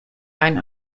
ein